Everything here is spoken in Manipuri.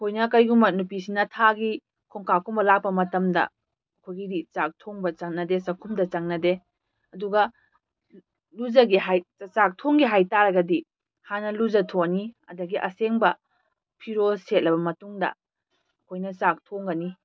ꯑꯩꯈꯣꯏꯅ ꯀꯩꯒꯨꯝꯕ ꯅꯨꯄꯤꯁꯤꯡꯅ ꯊꯥꯒꯤ ꯈꯣꯡꯀꯥꯞ ꯀꯨꯝꯕ ꯂꯥꯛꯄ ꯃꯇꯝꯗ ꯑꯩꯈꯣꯏꯒꯤꯗꯤ ꯆꯥꯛ ꯊꯣꯡꯕ ꯆꯠꯅꯗꯦ ꯆꯥꯈꯨꯝꯗ ꯆꯪꯅꯗꯦ ꯑꯗꯨꯒ ꯂꯨꯖꯒꯦ ꯆꯥꯛ ꯊꯣꯡꯒꯦ ꯍꯥꯏꯇꯥꯔꯒꯗꯤ ꯍꯥꯟꯅ ꯂꯨꯖꯊꯣꯛ ꯑꯅꯤ ꯑꯗꯒꯤ ꯑꯁꯦꯡꯕ ꯐꯤꯔꯣꯜ ꯁꯦꯠꯂꯕ ꯃꯇꯨꯡꯗ ꯑꯩꯈꯣꯏꯅ ꯆꯥꯛ ꯊꯣꯡꯒꯅꯤ